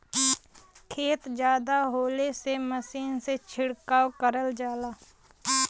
खेत जादा होले से मसीनी से छिड़काव करल जाला